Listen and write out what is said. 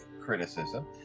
criticism